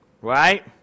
right